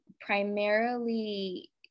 primarily